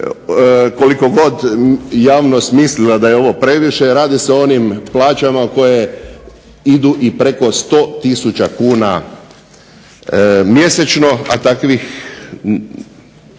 Koliko god javnost mislila da je ovo previše radi se o onim plaćama koje idu i preko 100 tisuća kuna mjesečno, a takvih